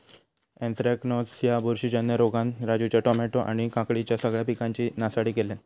anthracnose ह्या बुरशीजन्य रोगान राजूच्या टामॅटो आणि काकडीच्या सगळ्या पिकांची नासाडी केल्यानं